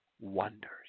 wonders